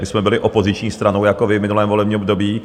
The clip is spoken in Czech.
My jsme byli opoziční stranou jako vy v minulém volebním období.